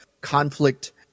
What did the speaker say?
conflict